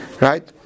Right